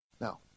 Now